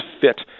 fit